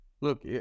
Look